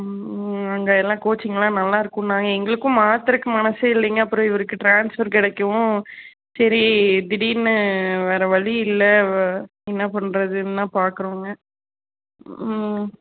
ம் ம் அங்கே எல்லாம் கோச்சிங்கெலாம் நல்லா இருக்குன்னாங்க எங்களுக்கும் மாற்றுறதுக்கு மனதே இல்லைங்க அப்புறம் இவருக்கு ட்ரான்ஸ்ஃபர் கிடைக்கவும் சரி திடீரென்னு வேறு வழி இல்லை வ என்னப் பண்ணுறது என்னப் பார்க்குறோங்க